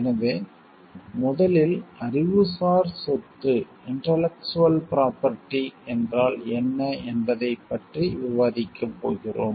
எனவே முதலில் அறிவுசார் சொத்து இன்டெலக்ஸுவல் ப்ரொபெர்ட்டி என்றால் என்ன என்பதைப் பற்றி விவாதிக்கப் போகிறோம்